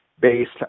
based